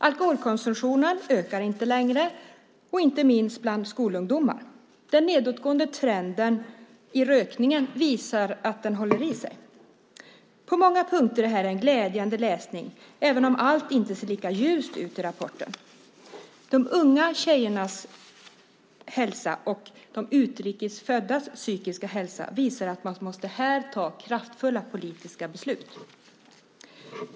Alkoholkonsumtionen ökar inte längre, och det gäller inte minst bland skolungdomar. Den nedåtgående trenden i rökning håller i sig. På många punkter är det här en glädjande läsning, även om allt i rapporten inte ser lika ljust ut. De unga tjejernas hälsa och de utrikes föddas psykiska hälsa visar att man här måste ta kraftfulla politiska beslut.